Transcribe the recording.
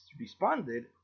responded